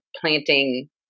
planting